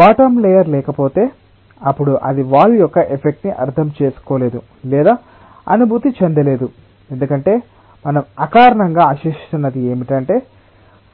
bottom layer లేకపోతే అప్పుడు అది వాల్ యొక్క ఎఫెక్ట్ ని అర్థం చేసుకోలేదు లేదా అనుభూతి చెందలేదు ఎందుకంటే మనం అకారణంగా ఆశిస్తున్నది ఏమిటంటే